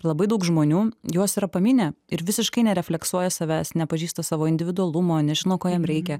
labai daug žmonių juos yra pamynę ir visiškai nereflektuoja savęs nepažįsta savo individualumo nežino ko jam reikia